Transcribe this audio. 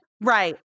Right